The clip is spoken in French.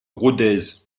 rodez